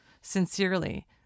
Sincerely